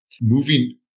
Moving